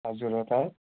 हजुर हो त